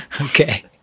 Okay